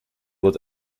lit